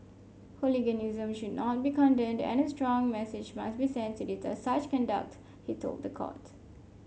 hooliganism should not be condoned and a strong message must be sent to deter such conduct he told the court